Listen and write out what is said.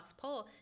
poll